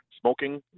smoking